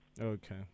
Okay